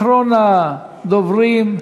אחרון הדוברים,